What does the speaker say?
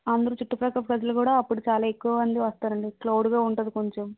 అందరు చుట్టుప్రక్కల ప్రజలు కూడా అప్పుడు చాలా ఎక్కువమంది వస్తారండి క్లౌడుగా ఉంటుంది కొంచెం